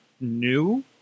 new